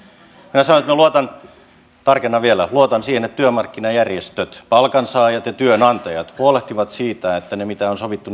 minä sanon että minä luotan tarkennan vielä siihen että työmarkkinajärjestöt palkansaajat ja työnantajat huolehtivat siitä että ne mitä on sovittu